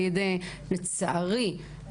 לצערי,